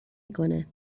کنه